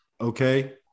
okay